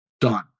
done